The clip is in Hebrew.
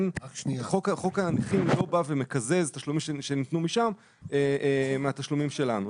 חוק הנכים לא בא ומקזז תשלומים שניתנו משם מהתשלומים שלנו.